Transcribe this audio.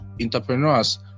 entrepreneurs